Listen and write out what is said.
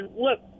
Look